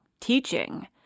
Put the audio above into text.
teaching